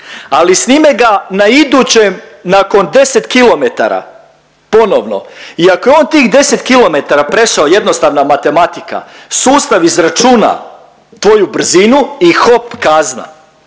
ali snime ga na idućem nakon 10 kilometara ponovno i ako je on tih 10 kilometara prešao jednostavna matematika sustav izračuna tvoju brzinu i hop kazna.